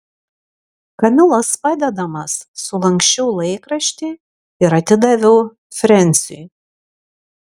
kamilos padedamas sulanksčiau laikraštį ir atidaviau frensiui